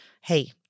hey